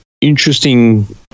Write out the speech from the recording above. interesting